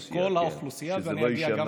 בכל האוכלוסייה, ואני אגיע גם לזה.